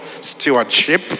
stewardship